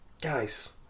guys